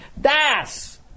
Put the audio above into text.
Das